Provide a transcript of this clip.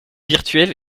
virtuel